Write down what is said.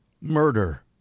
murder